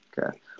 Okay